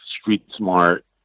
street-smart